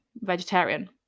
vegetarian